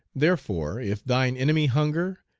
therefore if thine enemy hunger,